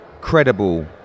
credible